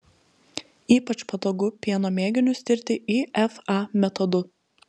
ypač patogu pieno mėginius tirti ifa metodu